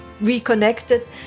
reconnected